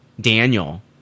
Daniel